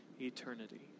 eternity